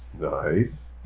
Nice